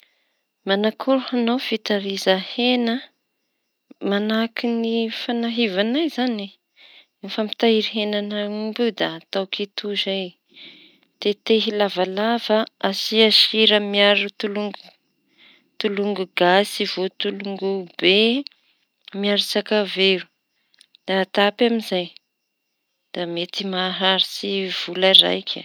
Manakory ho añao ny fitehiriza hena? Manahaky fanahiavanay zañy efa mitahiry henan'aomby io da atao kitoza e. Tetehy lavalava asia sira miaro tolongo - tolongo gasy vao tolongo be miaro sakaviro da atapy amizay. Da mety maharitsy vola raiky.